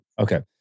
Okay